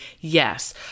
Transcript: Yes